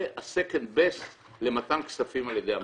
זה ה-second best למתן כספים על ידי המדינה.